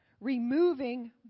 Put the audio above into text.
Removing